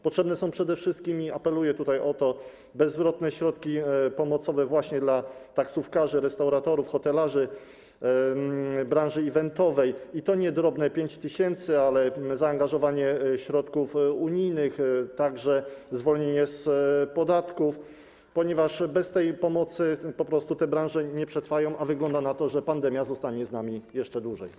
Potrzebne są przede wszystkim - i apeluję tutaj o to - bezzwrotne środki pomocowe właśnie dla taksówkarzy, restauratorów, hotelarzy, branży eventowej, i to nie drobne 5 tys. zł, ale chodzi tu też o zaangażowanie środków unijnych, a także zwolnienie z podatków, ponieważ bez tej pomocy po prostu te branże nie przetrwają, a wygląda na to, że pandemia zostanie z nami jeszcze dłużej.